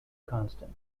constant